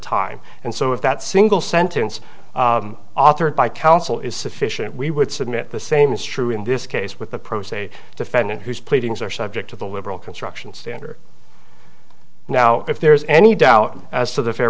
time and so if that single sentence authored by counsel is sufficient we would submit the same is true in this case with the pro se defendant whose pleadings are subject to the liberal construction standard now if there's any doubt as to the fair